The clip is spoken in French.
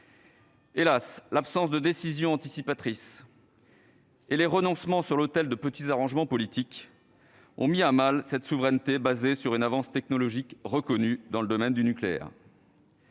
Hélas, l'absence de décisions anticipatrices et les renoncements sur l'autel des petits arrangements politiques ont mis à mal cette souveraineté, basée sur une avance technologique reconnue dans le domaine du nucléaire